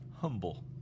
humble